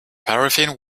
paraffin